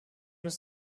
ist